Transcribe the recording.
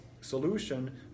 solution